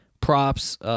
props